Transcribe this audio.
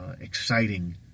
exciting